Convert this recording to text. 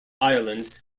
ireland